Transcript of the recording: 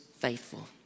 faithful